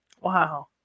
Wow